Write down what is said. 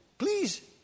Please